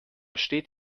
steht